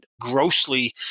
grossly